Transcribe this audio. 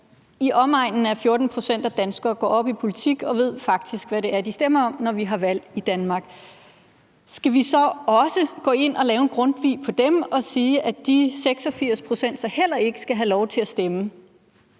i omegnen af 14 pct. af danskerne går op i politik og ved faktisk, hvad det er, de stemmer om, når vi har valg i Danmark. Skal vi så også gå ind at lave en Grundtvig på dem og sige, at de 86 pct. så heller ikke skal have lov til at stemme?